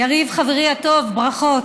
יריב, חברי הטוב, ברכות.